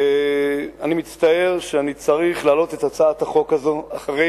אני מצטער שאני צריך להעלות את הצעת החוק הזאת אחרי